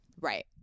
Right